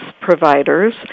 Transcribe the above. providers